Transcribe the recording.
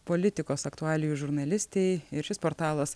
politikos aktualijų žurnalistei ir šis portalas